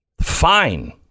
Fine